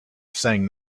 saying